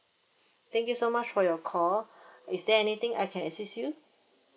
thank you so much for your call is there anything I can assist you